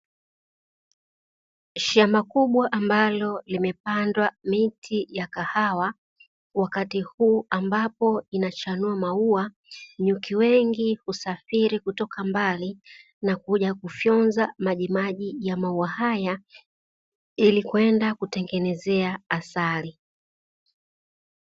Shamba kubwa ambalo limepandwa miti ya kahawa wakati huu ambapo linachanua maua, nyuki wengi husafiri kutoka mbali na kuja kufyonza majimaji ya maua haya ilikwenda kutengeneza asali.